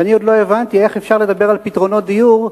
ואני עוד לא הבנתי איך אפשר לדבר על פתרונות דיור,